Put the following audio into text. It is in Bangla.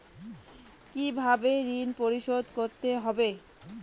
কিভাবে ঋণ পরিশোধ করতে হবে?